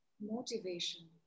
motivation